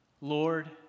Lord